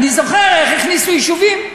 אני זוכר איך הכניסו יישובים.